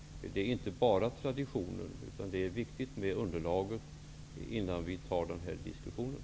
Det är inte bara traditioner, utan det är viktigt att vi har ett bra underlag innan vi tar denna diskussion.